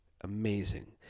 Amazing